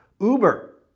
Uber